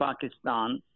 Pakistan